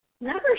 Number